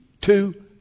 two